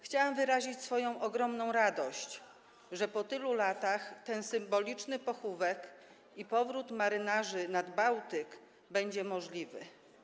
Chciałam wyrazić swoją ogromną radość, że po tylu latach ten symboliczny pochówek i powrót marynarzy nad Bałtyk będą możliwe.